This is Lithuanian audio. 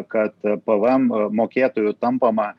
kad pvm mokėtoju tampama